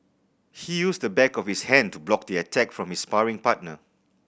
he used the back of his hand to block the attack from his sparring partner